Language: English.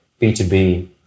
B2B